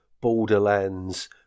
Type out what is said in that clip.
borderlands